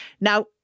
Now